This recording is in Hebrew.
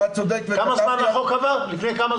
לפני כמה זמן החוק עבר?